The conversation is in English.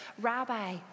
rabbi